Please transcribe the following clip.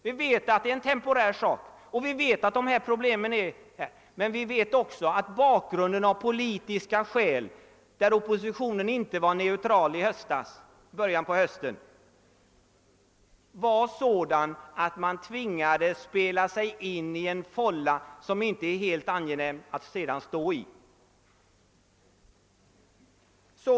Vi vet att detta är en temporär sak och vi vet vilka problemen är, men vi vet också att bakgrunden av politiska skäl — oppositionen var inte neutral i början av hösten — var sådan att man tvingades spela sig in i en fålla som inte är helt angenäm att stå i.